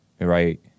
Right